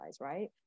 right